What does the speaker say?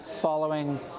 following